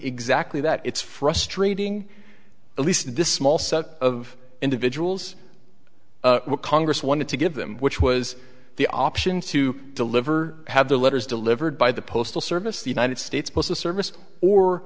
exactly that it's frustrating at least in this small set of individuals what congress wanted to give them which was the option to deliver have the letters delivered by the postal service the united states postal service or